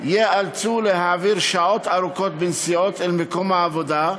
ייאלצו להעביר שעות ארוכות בנסיעות אל מקום העבודה,